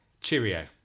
cheerio